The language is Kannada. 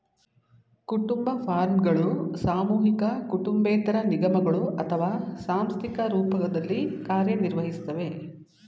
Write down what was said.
ಕುಟುಂಬ ಫಾರ್ಮ್ಗಳು ಸಾಮೂಹಿಕ ಕುಟುಂಬೇತರ ನಿಗಮಗಳು ಅಥವಾ ಸಾಂಸ್ಥಿಕ ರೂಪದಲ್ಲಿ ಕಾರ್ಯನಿರ್ವಹಿಸ್ತವೆ